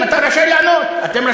חבר